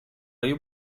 های